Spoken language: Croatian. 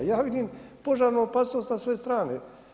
Ja vidim požarnu opasnost na sve strane.